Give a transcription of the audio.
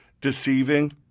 deceiving